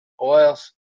oils